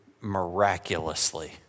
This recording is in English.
miraculously